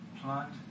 plant